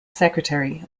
secretary